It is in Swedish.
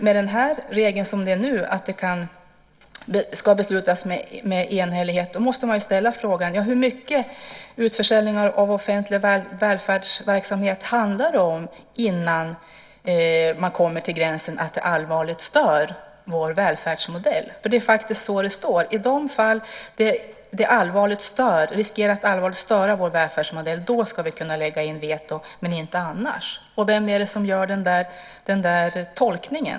Med regeln som är nu att det ska beslutas med enhällighet måste man ställa frågan hur mycket utförsäljning av offentlig välfärdsverksamhet det handlar om innan man kommer till gränsen att det allvarligt stör vår välfärdsmodell. Det är faktiskt så det står. I de fall det riskerar att allvarligt störa vår välfärdsmodell ska vi kunna lägga in veto, inte annars. Vem är det som gör tolkningen?